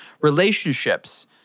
relationships